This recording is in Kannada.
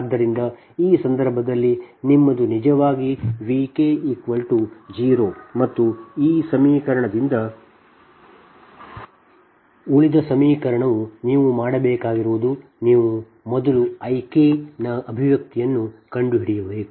ಆದ್ದರಿಂದ ಈ ಸಂದರ್ಭದಲ್ಲಿ ನಿಮ್ಮದು ನಿಜವಾಗಿ V k 0 ಮತ್ತು ಈ ಸಮೀಕರಣದಿಂದ ಉಳಿದ ಸಮೀಕರಣವು ನೀವು ಮಾಡಬೇಕಾಗಿರುವುದು ನೀವು ಮೊದಲು I k ನ ಅಭಿವ್ಯಕ್ತಿಯನ್ನು ಕಂಡುಹಿಡಿಯಬೇಕು